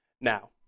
Now